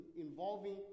involving